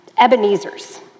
Ebenezer's